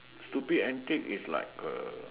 stupid antic is like A